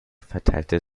verteilte